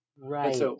Right